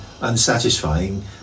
unsatisfying